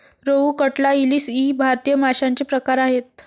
रोहू, कटला, इलीस इ भारतीय माशांचे प्रकार आहेत